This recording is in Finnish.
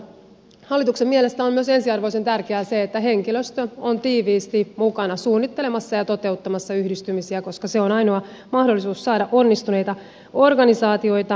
hallituksen mielestä on myös ensiarvoisen tärkeää se että henkilöstö on tiiviisti mukana suunnittelemassa ja toteuttamassa yhdistymisiä koska se on ainoa mahdollisuus saada onnistuneita organisaatioita aikaan